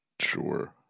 Sure